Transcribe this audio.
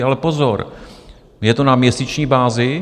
Ale pozor, je to na měsíční bázi.